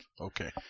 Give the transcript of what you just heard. Okay